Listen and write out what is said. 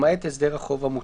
למעט הסדר החוב המוצע."